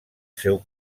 seu